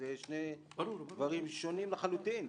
אלה שני דברים שונים לחלוטין.